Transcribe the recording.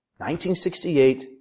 1968